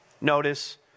Notice